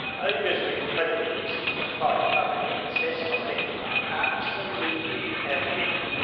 ogres are incredibly useful in a fight, however, he insists on picking up absolutely everything.